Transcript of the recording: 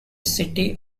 city